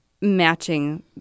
matching